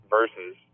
Versus